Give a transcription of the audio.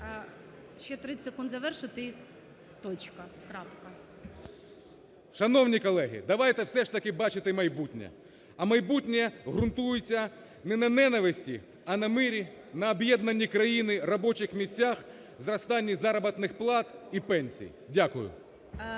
Ще 30 секунд завершити і точка, крапка. ВІЛКУЛ О.Ю. Шановні колеги, давайте все ж таки бачити майбутнє, а майбутнє ґрунтується не на ненависті, а на мирі, на об'єднанні країни, робочих місцях, зростанні заробітних плат і пенсій. Дякую.